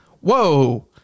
whoa